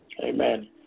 Amen